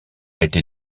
été